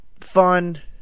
fun